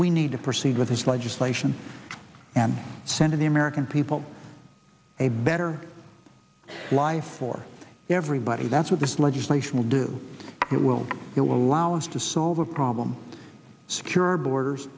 we need to proceed with this legislation and send of the american people a better life for everybody that's what this legislation will do it will you allow us to solve a problem secure our borders